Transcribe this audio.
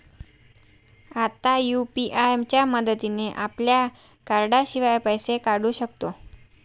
आता यु.पी.आय च्या मदतीने आपल्या कार्डाशिवाय पैसे काढू शकतो